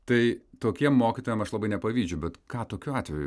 tai tokiem mokytojam aš labai nepavydžiu bet ką tokiu atveju